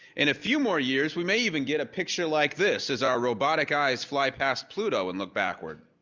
in a few more years, we may even get a picture like this as our robotic eyes fly past pluto and look backward.